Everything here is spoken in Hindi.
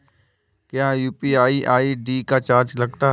क्या यू.पी.आई आई.डी का चार्ज लगता है?